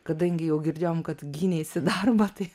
kadangi jau girdėjom kad gyneisi darbą tai